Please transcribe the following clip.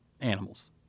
animals